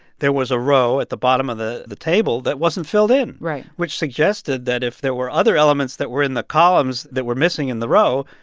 there was a row at the bottom of the the table that wasn't filled in. right. which suggested that if there were other elements that were in the columns that were missing in the row,